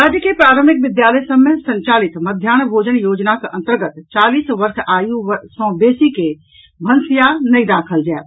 राज्य के प्रारंभिक विद्यालय सभ मे संचालित मध्याह्न भोजन योजनाक अंतर्गत चालीस वर्ष आयु सॅ बेसी के भंसिया नहिं राखल जायत